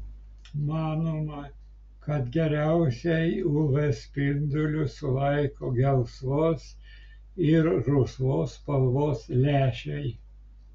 manoma kad geriausiai uv spindulius sulaiko gelsvos ir rusvos spalvos lęšiai